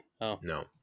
No